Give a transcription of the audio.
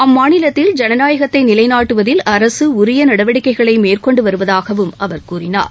அம்மாநிலத்தில் ஜனநாயகத்தை நிலைநாட்டுவதில் அரசு உரிய நடவடிக்கைகளை மேற்கொண்டு வருவதாகவும் அவர் கூறினார்